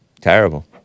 Terrible